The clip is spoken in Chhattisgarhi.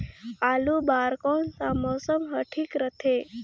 आलू बार कौन सा मौसम ह ठीक रथे?